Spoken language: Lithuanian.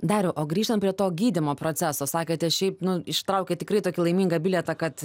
dariau o grįžtant prie to gydymo proceso sakėte šiaip nu ištraukėt tikrai tokį laimingą bilietą kad